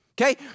okay